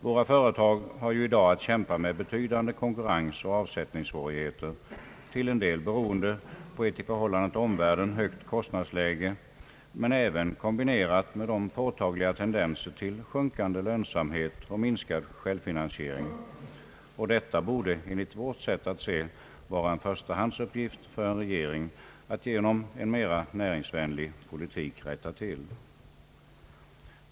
Våra företag har ju i dag att kämpa med betydande konkurrensoch avsättningssvårigheter, till en del beroende på ett i förhållande till omvärlden högt kostnadsläge, kombinerat med påtagliga tendenser till sjunkande lönsamhet och minskad självfinansiering. Att rätta till detta genom en mera näringsvänlig politik borde enligt vår uppfattning vara en förstahandsuppgift för regeringen.